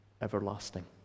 everlasting